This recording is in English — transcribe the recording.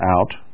out